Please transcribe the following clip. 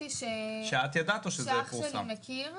ספציפי שאח שלי מכיר.